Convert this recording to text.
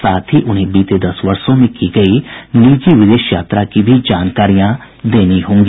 साथ ही उन्हें बीते दस वर्षो में की गयी निजी विदेश यात्रा की भी जानकारियां देनी होगी